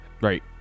right